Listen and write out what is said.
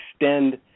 extend